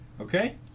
Okay